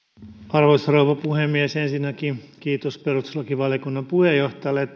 arvoisa rouva puhemies ensinnäkin kiitos perustuslakivaliokunnan puheenjohtajalle